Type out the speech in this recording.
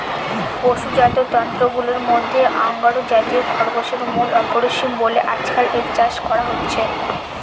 পশুজাত তন্তুগুলার মধ্যে আঙ্গোরা জাতীয় খরগোশের মূল্য অপরিসীম বলে আজকাল এর চাষ করা হচ্ছে